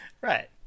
Right